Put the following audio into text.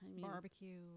Barbecue